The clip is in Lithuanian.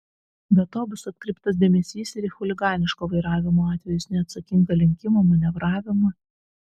be to bus atkreiptas dėmesys ir į chuliganiško vairavimo atvejus neatsakingą lenkimą manevravimą